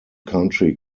country